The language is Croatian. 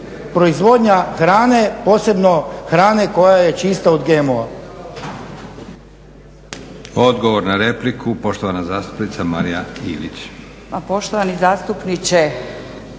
proizvodnja hrane posebno hrane koja je čista od GMO-a.